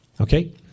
Okay